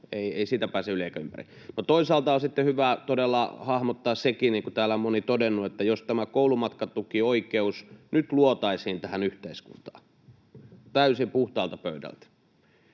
ei siitä pääse yli eikä ympäri. Toisaalta on sitten hyvä todella hahmottaa sekin, niin kuin täällä on moni todennut, että jos tämä koulumatkatukioikeus nyt luotaisiin tähän yhteiskuntaan täysin puhtaalta pöydältä,